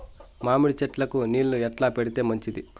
మామిడి చెట్లకు నీళ్లు ఎట్లా పెడితే మంచిది?